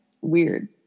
Weird